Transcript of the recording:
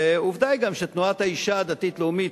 ועובדה היא גם שתנועת האשה הדתית-לאומית,